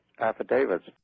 affidavits